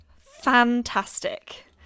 fantastic